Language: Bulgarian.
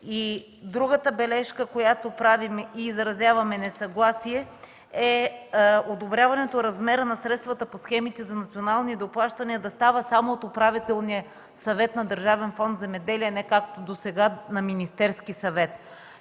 Другата бележка, която правим и изразяваме несъгласие, е одобряването размера на средствата по схемите за национални доплащания да става само от Управителния съвет на Държавен фонд „Земеделие”, а не както досега от Министерския съвет.